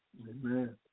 Amen